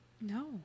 No